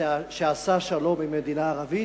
שעשה שלום עם מדינה ערבית,